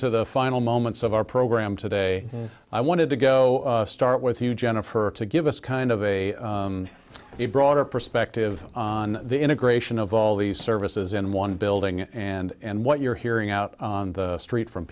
to the final moments of our program today i wanted to go start with you jennifer to give us kind of a broader perspective on the integration of all these services in one building and what you're hearing out on the street from